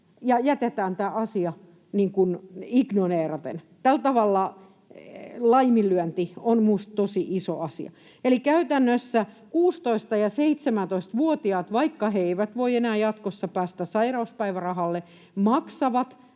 ja jätetään tämä asia niin kuin ignooraten. Tällä tavalla laiminlyönti on minusta tosi iso asia. Eli käytännössä 16- ja 17-vuotiaat, vaikka he eivät voi enää jatkossa päästä sairauspäivärahalle, maksavat